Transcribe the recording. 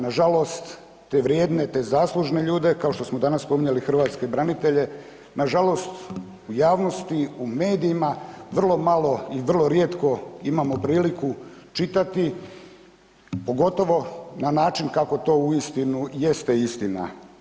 Nažalost, te vrijedne, te zaslužne ljude kao što smo danas spominjali hrvatske branitelje, nažalost u javnosti, u medijima vrlo malo i vrlo rijetko imamo priliku čitati pogotovo na način kako to uistinu jeste istina.